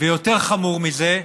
יותר חמור מזה,